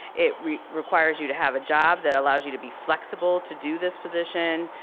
it requires you to have a job that allows you to be flexible to do this position.